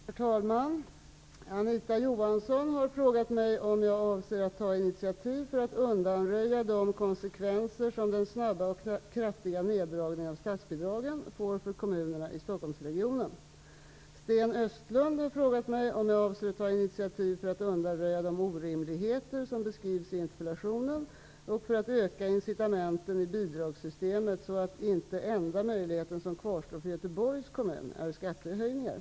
Herr talman! Anita Johansson har frågat mig om jag avser att ta initiativ för att undanröja de konsekvenser som den snabba och kraftiga neddragningen av statsbidragen får för kommunerna i Stockholmsregionen. Sten Östlund har frågat mig om jag avser att ta initiativ för att undanröja de orimligheter som beskrivs i interpellationen och för att öka incitamenten i bidragssystemet så att inte enda möjligheten som kvarstår för Göteborgs kommun är skattehöjningar.